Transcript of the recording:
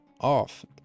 off